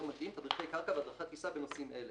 מתאים תדריכי קרקע והדרכת טיסה בנושאים אלה: